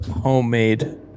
homemade